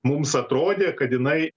mums atrodė kad jinai yra